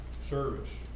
service